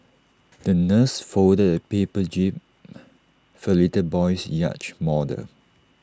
the nurse folded A paper jib for the little boy's yacht model